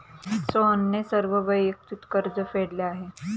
सोहनने सर्व वैयक्तिक कर्ज फेडले आहे